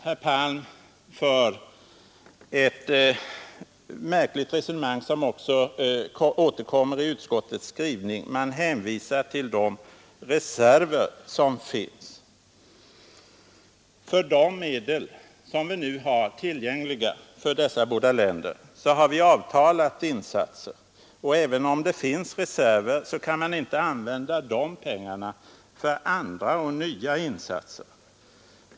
Herr Palm för ett märkligt resonemang, som också återkommer i utskottets skrivning. Man hänvisar till de reservationer som finns. Men för de medel som vi nu har tillgängliga för dessa båda länder har vi ju avtalat insatser, och även om det finns vissa reservationer kan man inte använda de pengarna för andra och nya insatser.